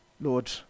Lord